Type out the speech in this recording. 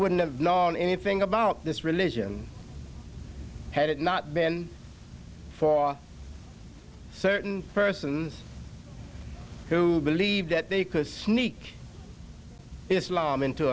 wouldn't have known anything about this religion had it not been for certain persons who believed that they could sneak islam into